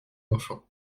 enfant